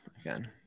again